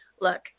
look